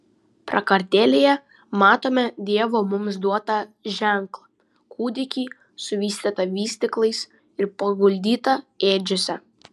prakartėlėje matome dievo mums duotą ženklą kūdikį suvystytą vystyklais ir paguldytą ėdžiose